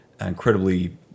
incredibly